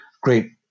great